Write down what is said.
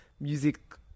Music